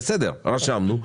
רשמנו,